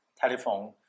telephone